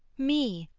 me,